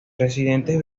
residentes